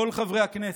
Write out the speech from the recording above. כל חברי הכנסת,